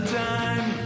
time